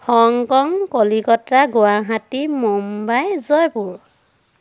Hong Kong Kolkata Guwahati Mumbai Jaipur